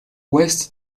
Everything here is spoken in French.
ouest